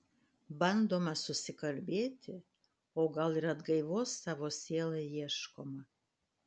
bandoma susikalbėti o gal ir atgaivos savo sielai ieškoma